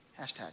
hashtag